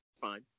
fine